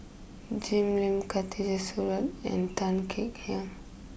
Jim Lim Khatijah and Tan Kek Hiang